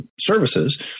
services